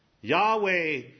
Yahweh